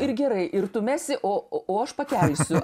ir gerai ir tu mesi o o aš pakelsiu